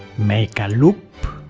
make a loop,